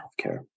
healthcare